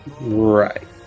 Right